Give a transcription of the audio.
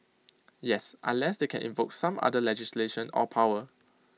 yes unless they can invoke some other legislation or power